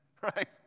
right